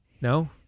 No